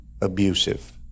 abusive